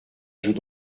joue